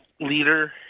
leader